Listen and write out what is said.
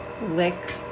lick